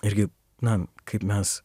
irgi na kaip mes